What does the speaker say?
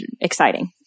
exciting